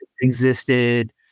existed